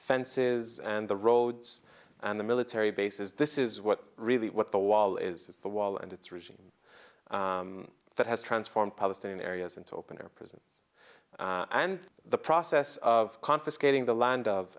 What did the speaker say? fences and the roads and the military bases this is what really what the wall is the wall and it's regime that has transformed palestinian areas into open air prison and the process of confiscating the land of